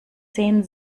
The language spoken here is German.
zehn